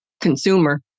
consumer